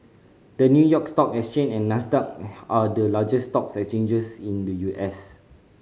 the New York Stock Exchange and Nasdaq are the largest stock exchanges in the U S